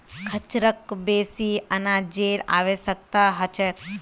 खच्चरक बेसी अनाजेर आवश्यकता ह छेक